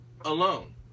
alone